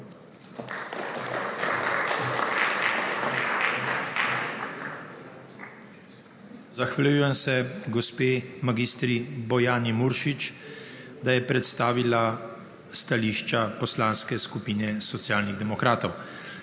Zahvaljujem se gospe mag. Bojani Muršič, da je predstavila stališče Poslanske skupine Socialnih demokratov.